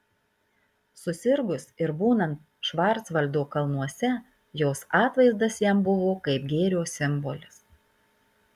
susirgus ir būnant švarcvaldo kalnuose jos atvaizdas jam buvo kaip gėrio simbolis